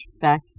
back